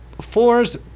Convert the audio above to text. fours